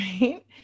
right